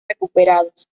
recuperados